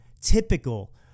typical